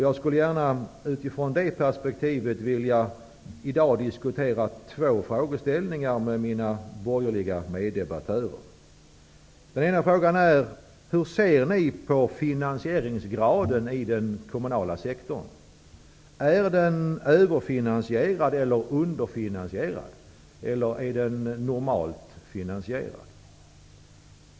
Jag vill utifrån det perspektivet i dag diskutera två frågeställningar med mina borgerliga meddebattörer. Den ena frågan är: Hur ser ni på finansieringsgraden i den kommunala sektorn? Är den kommunala sektorn överfinansierad, underfinansierad eller är den normalt finansierad?